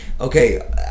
Okay